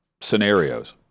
scenarios